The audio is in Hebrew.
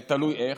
תלוי איך,